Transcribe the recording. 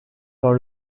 dans